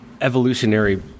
evolutionary